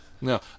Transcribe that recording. No